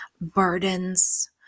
burdens